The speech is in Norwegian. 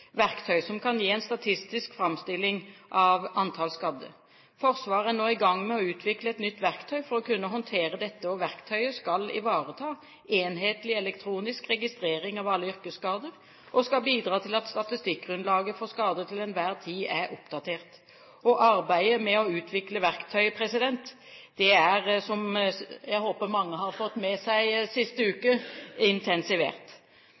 verktøy som kan gi en statistisk framstilling av antall skadde. Forsvaret er nå i gang med å utvikle et nytt verktøy for å kunne håndtere dette. Verktøyet skal ivareta enhetlig elektronisk registrering av alle yrkesskader og bidra til at statistikkgrunnlaget for skader til enhver tid er oppdatert. Arbeidet med å utvikle verktøyet er, som jeg håper mange har fått med seg sist uke, intensivert.